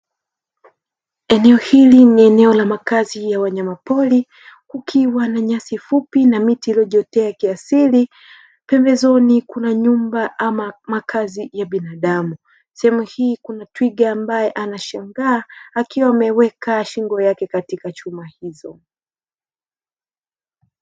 Eneo hili ni eneo la makazi ya wanyamapori kukiwa na nyasi fupi na miti iliyojiotea kiasili pembezoni kuna nyumba, ama makazi ya binaadam sehemu hii kuna twiga ambaye anashangaa akiwa ameweka shingo yake katika chuma hizo.